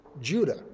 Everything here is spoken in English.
Judah